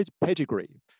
pedigree